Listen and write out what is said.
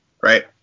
right